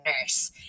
nurse